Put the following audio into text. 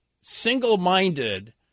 single-minded